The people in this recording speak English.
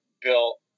built